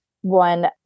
one